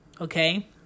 okay